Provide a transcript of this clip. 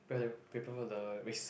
prepare them prepare for the risk